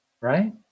right